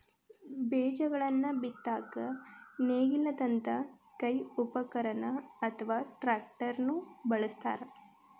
ಬೇಜಗಳನ್ನ ಬಿತ್ತಾಕ ನೇಗಿಲದಂತ ಕೈ ಉಪಕರಣ ಅತ್ವಾ ಟ್ರ್ಯಾಕ್ಟರ್ ನು ಬಳಸ್ತಾರ